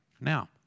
Now